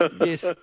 Yes